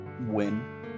win